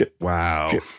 Wow